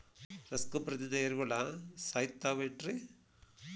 ರಸಗೊಬ್ಬರದಿಂದ ಏರಿಹುಳ ಸಾಯತಾವ್ ಏನ್ರಿ?